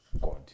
God